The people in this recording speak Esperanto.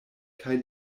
kaj